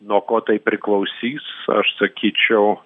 nuo ko tai priklausys aš sakyčiau